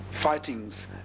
fightings